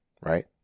right